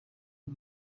ubu